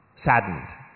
saddened